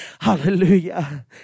Hallelujah